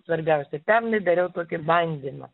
svarbiausia pernai dariau tokį bandymą